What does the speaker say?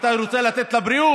אתה רוצה לבריאות,